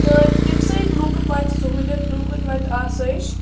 تہٕ تمہِ سۭتۍ لوٗکَن وَتہِ سہوٗلیت لوٗکَن وَتہِ آسٲیِش